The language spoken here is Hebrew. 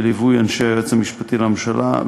בליווי אנשי היועץ המשפטי לממשלה,